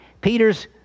Peter's